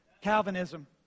Calvinism